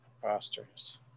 preposterous